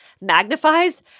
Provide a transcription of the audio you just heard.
magnifies